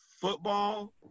Football